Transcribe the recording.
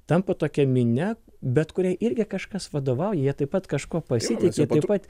tampa tokia minia bet kuriai irgi kažkas vadovauja jie taip pat kažkui pasitiki taip pat